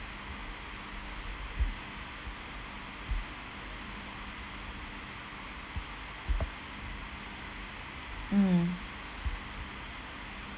mm